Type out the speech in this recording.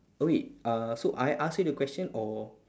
oh wait uh so I ask you the question or